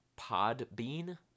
Podbean